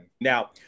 now